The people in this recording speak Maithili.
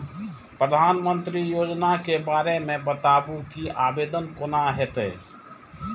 प्रधानमंत्री योजना के बारे मे बताबु की आवेदन कोना हेतै?